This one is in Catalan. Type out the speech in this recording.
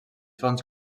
fonts